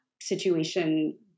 situation